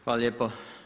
Hvala lijepo.